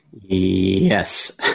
Yes